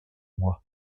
moi